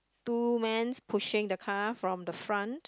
two men pushing the car from the front